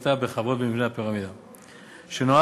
השליטה בחברות במבנה הפירמידה שנועד,